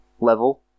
level